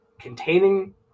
containing